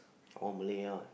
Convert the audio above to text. all Malay ah